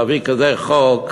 להביא כזה חוק,